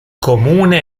comune